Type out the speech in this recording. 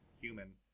human